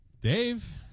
Dave